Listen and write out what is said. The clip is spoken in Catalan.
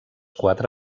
quatre